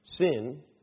sin